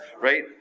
right